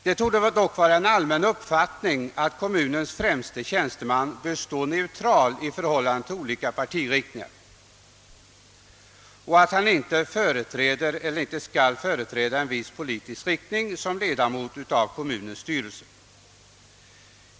Det torde vara en allmän uppfattning att kommunens främste tjänsteman bör stå neutral i förhållande till olika partiriktningar och att han inte skall företräda en viss politisk riktning som ledamot av kommunens styrelse.